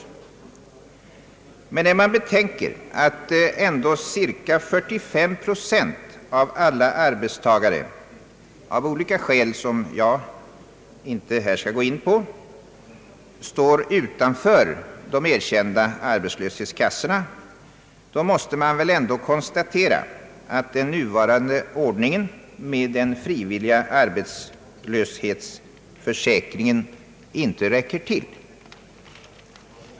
När man emellertid betänker att cirka 45 procent av alla arbetstagare av olika skäl, som jag inte här skall gå in på, står utanför de erkända arbetslöshetskassorna, då måste det ändå konstateras att den nuvarande ordningen med den frivilliga arbetslöshetsförsäkringen är otillräcklig.